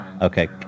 Okay